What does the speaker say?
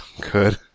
Good